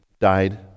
died